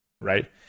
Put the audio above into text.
right